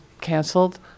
canceled